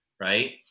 right